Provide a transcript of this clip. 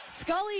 Scully